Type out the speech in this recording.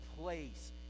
place